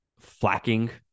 flacking